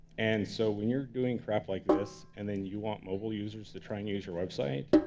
and so when you're doing crap like this, and then you want mobile users to try and use your website,